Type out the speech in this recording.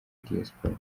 diaspora